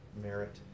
merit